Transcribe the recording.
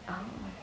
uh